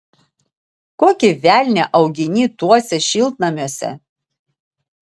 kokį velnią augini tuose šiltnamiuose